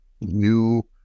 new